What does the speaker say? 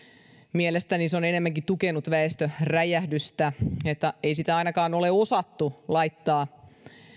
mielestäni se on enemmänkin tukenut väestöräjähdystä eli ei sitä ainakaan ole osattu laittaa